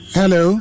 hello